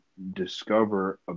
discover